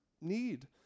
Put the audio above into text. need